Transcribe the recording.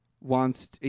wants